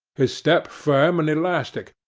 his step firm and elastic,